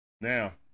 Now